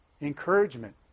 encouragement